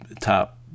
top